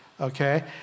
okay